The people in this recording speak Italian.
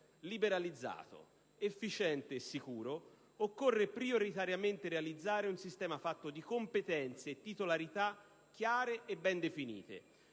liberalizzato, efficiente e sicuro, occorre prioritariamente realizzare un sistema fatto di competenze e titolarità chiare e ben definite.